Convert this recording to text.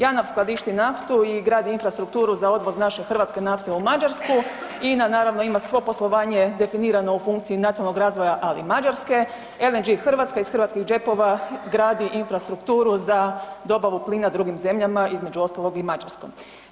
JANAF skladišti naftu i gradi infrastrukturu za odvoz naše hrvatske nafte u Mađarsku, INA naravno ima svo poslovanje definirano u funkciji nacionalnog razvoja, ali Mađarske, LNG Hrvatska iz hrvatskih džepova gradi infrastrukturu za dobavu plina drugim zemljama, i Mađarskom.